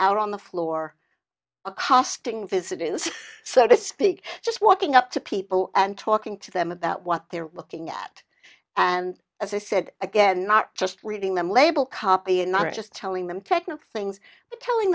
our on the floor accosting visiting so to speak just walking up to people and talking to them about what they're looking at and as i said again not just reading them label copy and not just telling them technical things but telling